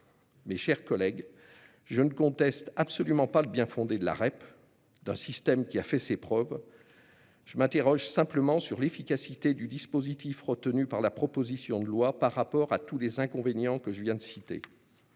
Mes chers collègues, je ne conteste absolument pas le bien-fondé de la REP. C'est un système qui a fait ses preuves. Je m'interroge simplement sur l'efficacité du dispositif retenu par la proposition de loi par rapport à tous les inconvénients que je viens de citer.